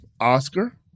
Oscar